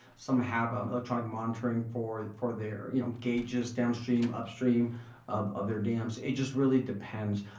some have um electronic monitoring for for their you know gauges downstream, upstream of of their dams. it just really depends.